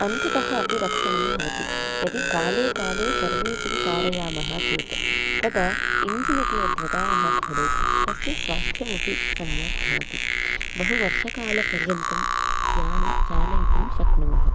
अन्ततः अपि रक्षणं भवति यदि काले काले सर्वीसिङ्ग् कारयामः चेत् तदा इन्जिन् इति यद् वदामः खलु तस्य स्वास्थ्यमपि सम्यक् भवति बहु वर्षकालपर्यन्तं यानं चालयितुं शक्नुमः